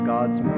God's